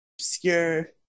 obscure